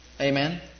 Amen